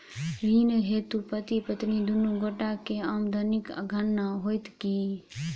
ऋण हेतु पति पत्नी दुनू गोटा केँ आमदनीक गणना होइत की?